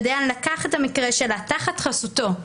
והדיין לקח את המקרה שלה תחת חסותו,